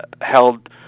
held